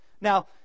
Now